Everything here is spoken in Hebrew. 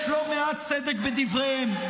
יש לא מעט צדק בדבריהם,